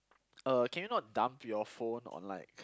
uh can you not dump your phone on like